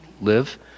live